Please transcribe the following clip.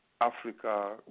Africa